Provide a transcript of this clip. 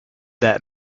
that